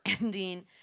ending